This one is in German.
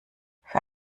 für